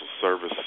Service